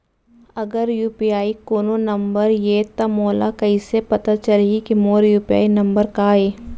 अगर यू.पी.आई कोनो नंबर ये त मोला कइसे पता चलही कि मोर यू.पी.आई नंबर का ये?